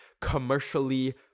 commercially